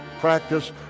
practice